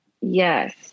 Yes